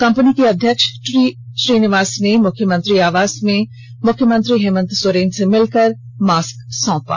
company के अध्यक्ष T Srinivas ने मुख्यमंत्री आवास मे मुख्यमंत्री हेमंत सोरेन से मिलकर मास्क सौंपा